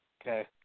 Okay